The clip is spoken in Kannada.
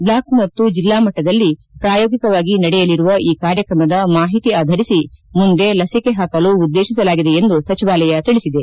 ಬ್ಲಾಕ್ ಮತ್ತು ಜಿಲ್ಲಾ ಮಟ್ಟದಲ್ಲಿ ಪ್ರಾಯೋಗಿಕವಾಗಿ ನಡೆಯಲಿರುವ ಈ ಕಾರ್ಯಕ್ರಮದ ಮಾಹಿತಿ ಆಧರಿಸಿ ಮುಂದೆ ಲಸಿಕೆ ಹಾಕಲು ಉದ್ದೇಶಿಸಲಾಗಿದೆ ಎಂದು ಸಚಿವಾಲಯ ತಿಳಿಸಿದೆ